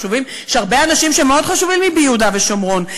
יש הרבה אנשים שמאוד חשובים לי ביהודה ושומרון.